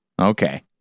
Okay